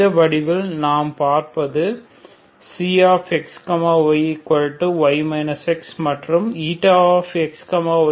இந்த வடிவத்தில் நாம் பார்ப்பதுxyy x மற்றும் xy4y x